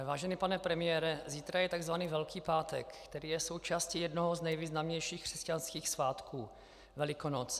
Vážený pane premiére, zítra je tzv. Velký pátek, který je součástí jednoho z nejvýznamnějších křesťanských svátků Velikonoc.